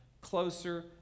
closer